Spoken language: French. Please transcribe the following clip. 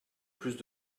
plus